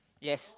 yes